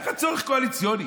היה לך צורך קואליציוני,